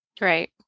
Right